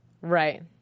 Right